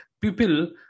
people